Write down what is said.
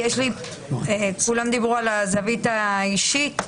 כולם דיברו על הזווית האישית.